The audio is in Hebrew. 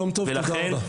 יום טוב, תודה רבה.